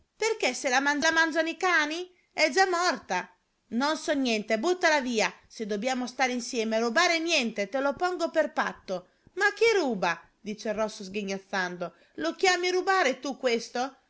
perché se la mangino i cani è già morta non so niente buttala via se dobbiamo stare insieme rubare niente te lo pongo per patto ma chi ruba dice il rosso sghignazzando lo chiami rubare tu questo